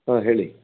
ಹಾಂ ಹೇಳಿ